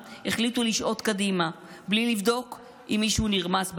החליטו לשעוט קדימה בלי לבדוק אם מישהו נרמס בדרך.